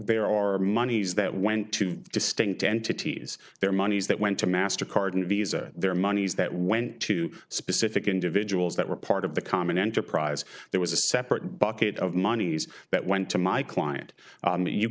there are monies that went to two distinct entities their monies that went to mastercard and visa their monies that went to specific individuals that were part of the common enterprise there was a separate bucket of monies that went to my client and you